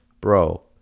Bro